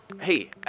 Hey